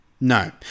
No